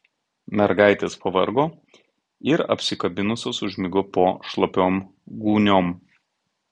mergaitės pavargo ir apsikabinusios užmigo po šlapiom gūniom